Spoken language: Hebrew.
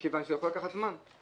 כי זה יכול לקחת זמן.